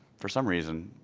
for some reason,